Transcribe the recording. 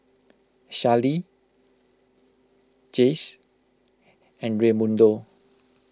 Charley Jace and Raymundo